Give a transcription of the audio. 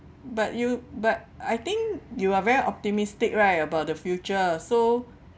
but you but I think you are very optimistic right about the future so